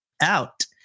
out